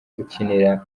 ukinira